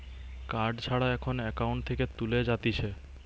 card ছাড়া এখন account থেকে তুলে যাতিছে